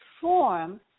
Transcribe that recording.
form